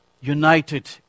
United